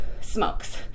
smokes